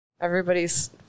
everybody's